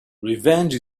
revenge